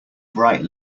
bright